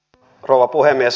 arvoisa rouva puhemies